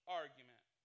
argument